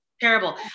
Terrible